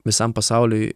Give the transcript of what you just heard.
visam pasauliui